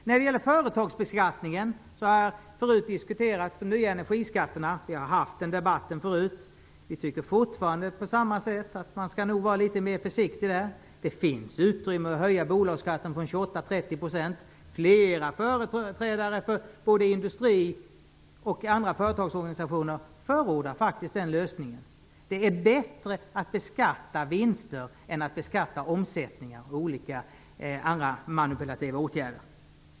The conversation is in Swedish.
När det gäller företagsbeskattnigen kan jag säga att de nya energiskatterna har diskuterats förut. Vi har haft den debatten. Vi tycker fortfarande att man skall vara litet mer försiktig. Det finns utrymme att höja bolagsskatten från 28-30 %. Flera företrädare för industri och andra företagsorganisationer förordar faktiskt den lösningen. Det är bättre att beskatta vinster än att beskatta omsättningen eller göra andra manipulativa åtgärder.